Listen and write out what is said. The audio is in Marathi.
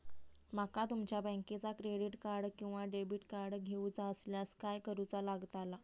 माका तुमच्या बँकेचा क्रेडिट कार्ड किंवा डेबिट कार्ड घेऊचा असल्यास काय करूचा लागताला?